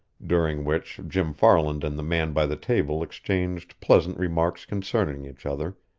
during which jim farland and the man by the table exchanged pleasant remarks concerning each other,